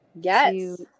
Yes